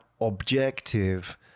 objective